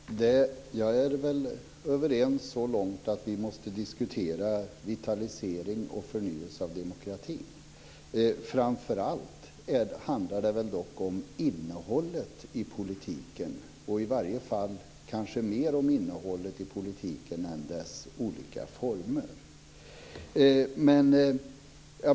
Fru talman! Jag är väl överens så långt att vi måste diskutera vitalisering och förnyelse av demokratin. Framför allt handlar det om innehållet i politiken, i varje fall kanske mer om innehållet i politiken än dess olika former.